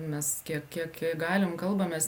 mes kiek kiek kiek galim kalbamės